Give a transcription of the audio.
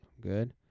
Good